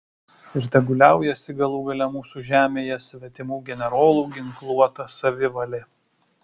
ir tegul liaujasi galų gale mūsų žemėje svetimų generolų ginkluota savivalė